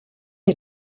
you